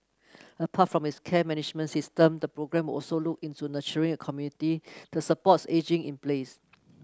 apart from its care management system the programme will also look into nurturing a community that supports ageing in place